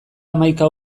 hamaika